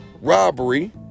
robbery